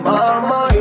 Mama